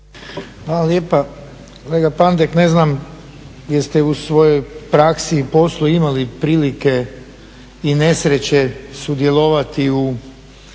Hvala lijepa. Kolega Pandek, ne znam jeste u svojoj praksi, poslu imali prilike i nesreće sudjelovati u